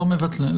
לא מבטלים.